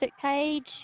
page